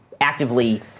actively